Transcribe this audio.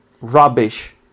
rubbish